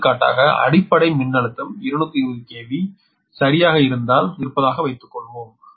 எடுத்துக்காட்டாக அடிப்படை மின்னழுத்தம் 220 kV சரியாக இருந்தால் வைத்துக்கொள்வோம்